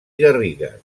garrigues